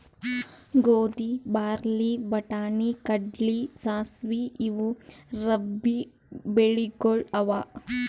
ಗೋಧಿ, ಬಾರ್ಲಿ, ಬಟಾಣಿ, ಕಡ್ಲಿ, ಸಾಸ್ವಿ ಇವು ರಬ್ಬೀ ಬೆಳಿಗೊಳ್ ಅವಾ